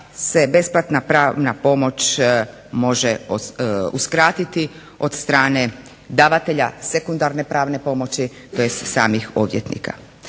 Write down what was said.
se besplatna pravna pomoć može uskratiti od strane davatelja sekundarne pravne pomoći tj. samih odvjetnika.